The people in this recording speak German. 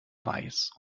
weiß